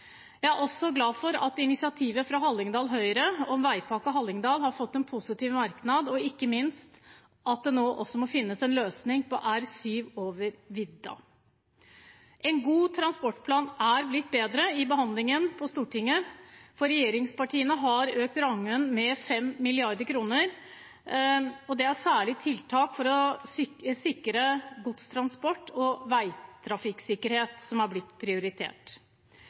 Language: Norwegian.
har fått en positiv merknad, og ikke minst for at det nå også må finnes en løsning på rv. 7 over vidda. En god transportplan er blitt bedre i behandlingen på Stortinget, for regjeringspartiene har økt rammen med 5 mrd. kr. Det er særlig tiltak for å sikre godstransport og veitrafikksikkerhet som har blitt prioritert.